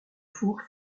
four